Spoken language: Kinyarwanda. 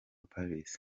paris